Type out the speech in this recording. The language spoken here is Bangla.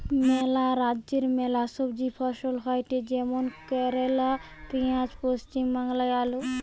ম্যালা রাজ্যে ম্যালা সবজি ফসল হয়টে যেমন কেরালে পেঁয়াজ, পশ্চিম বাংলায় আলু